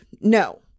No